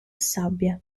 sabbia